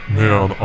man